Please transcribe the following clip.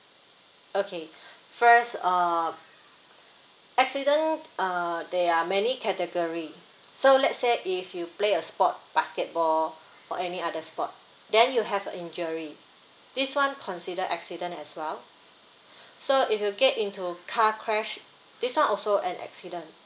okay first uh accident uh there are many category so let's say if you play a sport basketball or any other sport then you have a injury this one consider accident as well so if you get into car crash this one also an accident